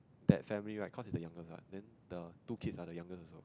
that family right cause it's the youngest what then the two kids are the youngest also